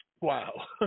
Wow